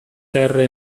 terre